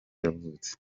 yavutse